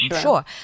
sure